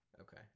Okay